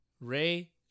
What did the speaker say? Ray